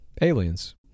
Aliens